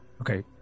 Okay